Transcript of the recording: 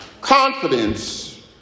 Confidence